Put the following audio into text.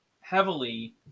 heavily